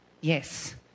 Yes